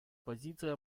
позиция